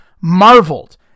marveled